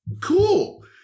cool